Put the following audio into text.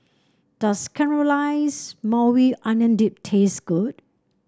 does Caramelize Maui Onion Dip taste good